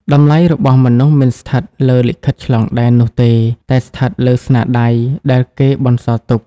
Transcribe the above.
តម្លៃរបស់មនុស្សមិនស្ថិតលើ "លិខិតឆ្លងដែន" នោះទេ តែស្ថិតលើ "ស្នាដៃ" ដែលគេបន្សល់ទុក។